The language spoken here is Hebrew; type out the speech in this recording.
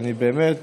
ואני באמת